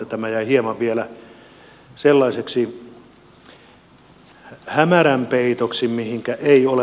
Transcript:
tämä jäi hieman vielä hämärän peittoon